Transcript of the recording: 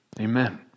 Amen